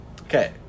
Okay